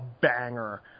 banger